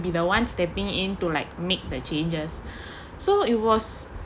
be the ones they're being into like make the changes so it was